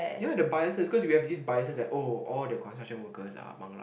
ya the biases because we have the biases that oh all the construction workers are Bangla